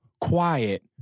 quiet